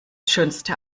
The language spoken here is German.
schönste